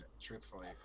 truthfully